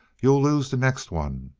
you'll lose the next one.